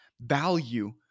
value